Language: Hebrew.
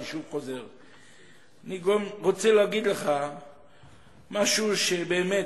אני שוב חוזר, אני רוצה להגיד לך משהו שבאמת,